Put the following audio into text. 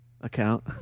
account